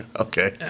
Okay